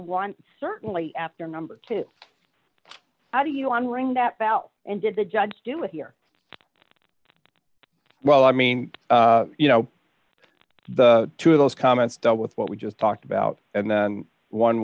one certainly after number two how do you want to ring that bell and did the judge do with your well i mean you know the two of those comments dealt with what we just talked about and then one